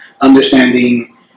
understanding